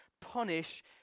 punish